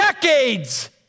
decades